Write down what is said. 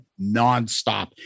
nonstop